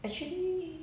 actually